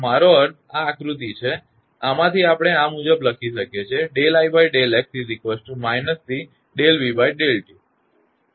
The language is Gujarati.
મારો અર્થ આ આકૃતિમાં છે આમાંથી આપણે આ મુજબ લખી શકીએ છીએ